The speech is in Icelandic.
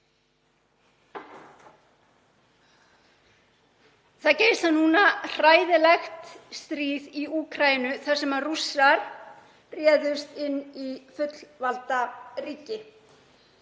Það geisar núna hræðilegt stríð í Úkraínu þar sem Rússar réðust inn í fullvalda ríki.